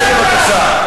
תשב בבקשה.